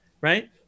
right